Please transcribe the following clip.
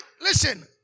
listen